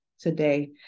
today